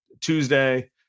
Tuesday